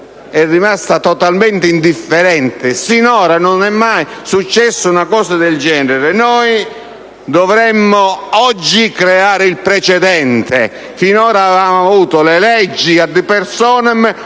è rimasta totalmente indifferente. Non è mai successa una cosa del genere: dovremmo creare il precedente oggi. Finora avevamo avuto le leggi *ad personam*,